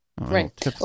Right